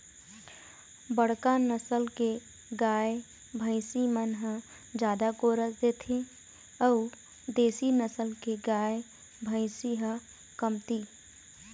बड़का नसल के गाय, भइसी मन ह जादा गोरस देथे अउ देसी नसल के गाय, भइसी ह कमती